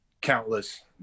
Countless